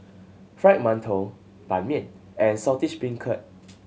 Fried Mantou Ban Mian and Saltish Beancurd